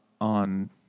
on